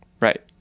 right